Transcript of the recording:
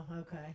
okay